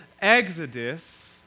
Exodus